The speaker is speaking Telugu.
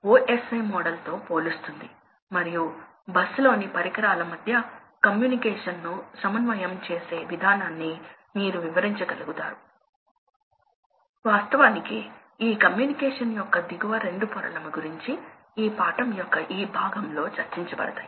కాబట్టి మొదట మనం ఒక యంత్రాన్ని పంపుకు కనెక్ట్ చేసినప్పుడు స్థాపించబడిన ప్రవాహం పంపు లక్షణాలపై ఆధారపడి ఉంటుంది ఇది యంత్ర లక్షణాలపై ఆధారపడి ఉంటుంది